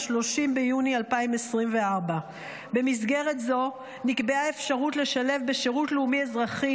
30 ביוני 2024. במסגרת זו נקבעה האפשרות לשלב בשירות לאומי-אזרחי